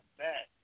bad